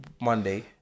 Monday